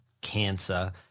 cancer